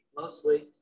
mostly